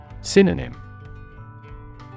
Synonym